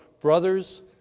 brothers